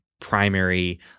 primary